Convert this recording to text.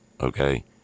okay